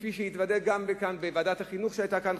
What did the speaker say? כפי שלמדתי לדעת בישיבת ועדת החינוך שהיתה כאן,